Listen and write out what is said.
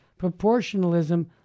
proportionalism